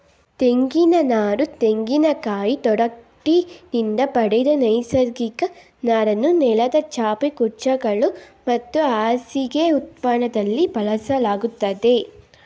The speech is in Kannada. ತೆಂಗಿನನಾರು ತೆಂಗಿನಕಾಯಿ ತೊಗಟಿನಿಂದ ಪಡೆದ ನೈಸರ್ಗಿಕ ನಾರನ್ನು ನೆಲದ ಚಾಪೆ ಕುಂಚಗಳು ಮತ್ತು ಹಾಸಿಗೆ ಉತ್ಪನ್ನದಲ್ಲಿ ಬಳಸಲಾಗ್ತದೆ